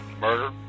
Murder